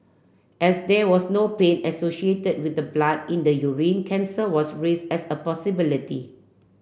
as there was no pain associated with the blood in the urine cancer was raise as a possibility